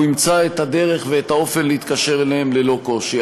הוא ימצא את הדרך ואת האופן להתקשר אליהם ללא קושי.